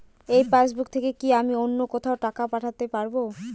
এই পাসবুক থেকে কি আমি অন্য কোথাও টাকা পাঠাতে পারব?